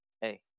hey